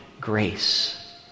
grace